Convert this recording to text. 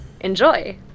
Enjoy